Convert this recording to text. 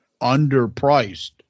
underpriced